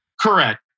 Correct